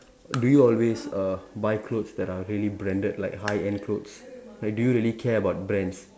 do you always uh buy clothes that are really branded like high end clothes like do you really care about brands